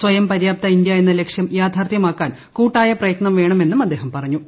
സ്വയം പര്യാപ്ത ഇന്ത്യ എന്ന ലക്ഷ്യം യാഥാർത്ഥ്യമാക്കാൻ കൂട്ടായ പ്രയത്നം വേണമെന്നും അദ്ദേഹം പറഞ്ഞു